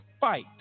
fight